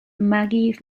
maggie